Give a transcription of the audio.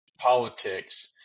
Politics